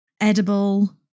Edible